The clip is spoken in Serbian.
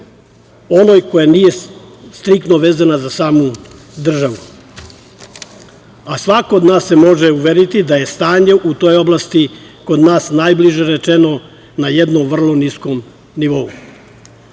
onoj koja nije striktno vezana za samu državu. Svako od nas se može uveriti da je stanje u toj oblasti kod nas, najbliže rečeno, na jednom vrlo niskom nivou. Kada